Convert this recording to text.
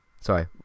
Sorry